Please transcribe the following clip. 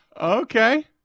Okay